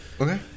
Okay